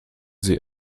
sie